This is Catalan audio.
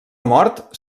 mort